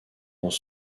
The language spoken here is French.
dans